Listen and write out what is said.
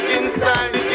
inside